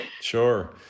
Sure